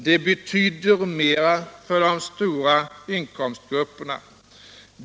Det betyder mera för de stora inkomstgrupperna.